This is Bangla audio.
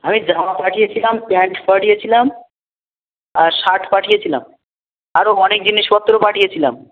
আমি জামা পাঠিয়েছিলাম প্যান্ট পাঠিয়েছিলাম আর শার্ট পাঠিয়েছিলাম আরো অনেক জিনিসপত্র পাঠিয়েছিলাম